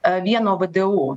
vieno vdu